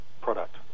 product